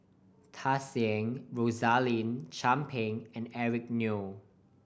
Tsung Yeh Rosaline Chan Pang and Eric Neo